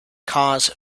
cause